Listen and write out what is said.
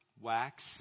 wax